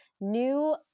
new